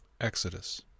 Exodus